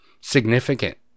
significant